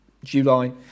July